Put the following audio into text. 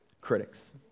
critics